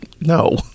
no